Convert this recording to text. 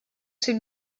ses